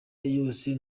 yose